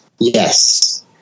yes